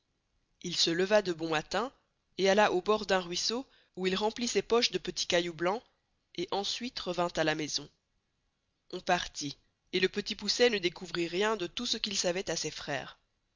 il se leva de bon matin et alla au bord d'un ruisseau où il emplit ses poches de petits cailloux blancs et ensuite revint à la maison on partit et le petit poucet ne découvrit rien de tout ce qu'il sçavoit à ses freres